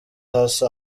hasi